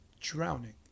drowning